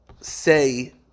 say